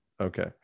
Okay